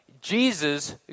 Jesus